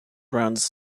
runs